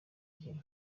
gihe